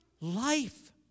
life